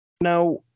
Now